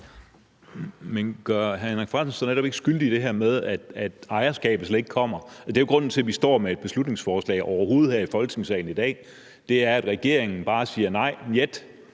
Men gør hr. Henrik Frandsen sig netop ikke skyldig i det her med, at ejerskabet slet ikke bliver placeret? Grunden til, at vi overhovedet står med et beslutningsforslag her i Folketingssalen i dag, er jo, at regeringen bare siger nej, njet